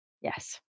Yes